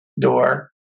door